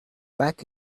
back